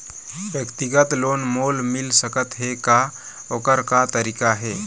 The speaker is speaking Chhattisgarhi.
व्यक्तिगत लोन मोल मिल सकत हे का, ओकर का तरीका हे?